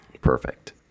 Perfect